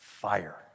Fire